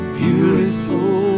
beautiful